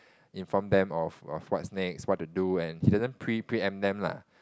inform them of of what's next what to do and he doesn't pre pre-empt them lah